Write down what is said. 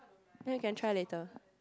ya you can try later